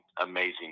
amazing